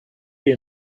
you